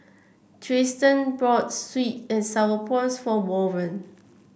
Triston bought sweet and sour prawns for Warren